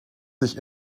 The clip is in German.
sich